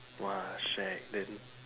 !wah! shagged then